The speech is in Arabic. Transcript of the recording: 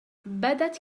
بدت